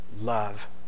love